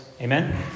Amen